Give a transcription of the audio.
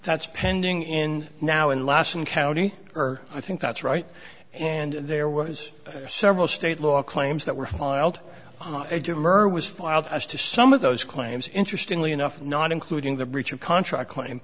that's pending in now in lassen county i think that's right and there was several state law claims that were filed a demur was filed as to some of those claims interestingly enough not including the breach of contract claim